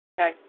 Okay